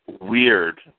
weird